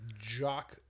jock